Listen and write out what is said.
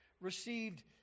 received